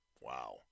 Wow